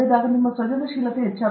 ನಾವು ಅದನ್ನು ಬಿಟ್ಟುಬಿಡುತ್ತೇವೆ